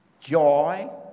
joy